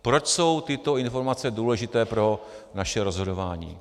Proč jsou tyto informace důležité pro naše rozhodování?